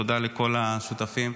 תודה לכל השותפים.